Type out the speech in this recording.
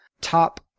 top